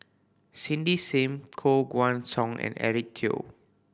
Cindy Sim Koh Guan Song and Eric Teo